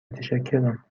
متشکرم